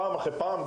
פעם אחר פעם,